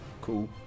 Cool